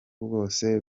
bose